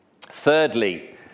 Thirdly